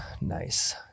Nice